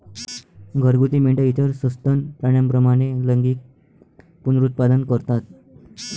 घरगुती मेंढ्या इतर सस्तन प्राण्यांप्रमाणे लैंगिक पुनरुत्पादन करतात